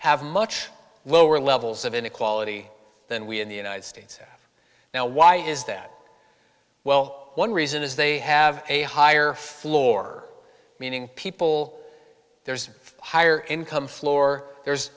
have much lower levels of inequality than we in the united states now why is that well one reason is they have a higher floor meaning people there's a higher income floor there's